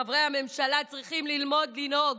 חברי הממשלה צריכים ללמוד לנהוג.